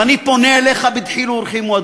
ואני פונה אליך בדחילו ורחימו,